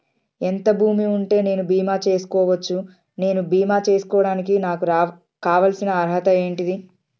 ఎంత భూమి ఉంటే నేను బీమా చేసుకోవచ్చు? నేను బీమా చేసుకోవడానికి నాకు కావాల్సిన అర్హత ఏంటిది?